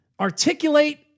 articulate